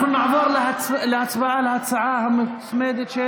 אנחנו נעבור להצבעה על ההצעה המוצמדת,